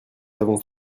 avons